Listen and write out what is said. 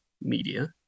media